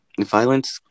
violence